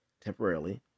temporarily